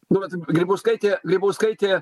nu vat grybauskaitė grybauskaitė